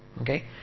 Okay